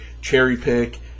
cherry-pick